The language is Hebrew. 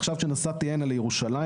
עכשיו כשנסעתי הנה לירושלים,